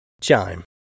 Chime